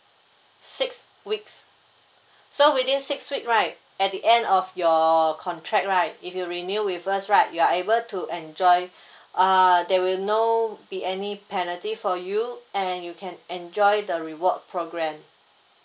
six weeks so within six week right at the end of your contract right if you renew with us right you are able to enjoy uh they will no be any penalty for you and you can enjoy the reward program